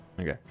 Okay